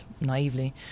naively